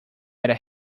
era